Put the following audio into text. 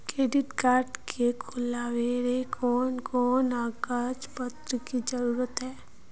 Credit card के खुलावेले कोन कोन कागज पत्र की जरूरत है?